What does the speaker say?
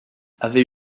avait